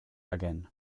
again